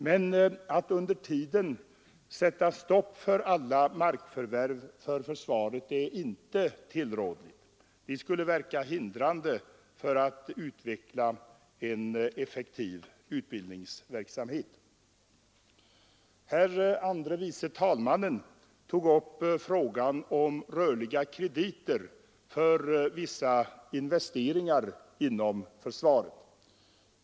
Men att under tiden sätta stopp för alla markförvärv för försvaret är inte tillrådligt. Det skulle verka hindrande på utvecklingen av en effektiv utbildningsverksamhet. Herr andre vice talmannen tog upp frågan om rörliga krediter för vissa investeringar inom försvaret.